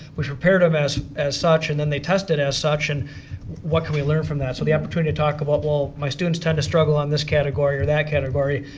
we've prepared um as as such, and then they tested as such, and what can we learn from that? so, the opportunity to talk about, well, my students tend to struggle on this category or that category,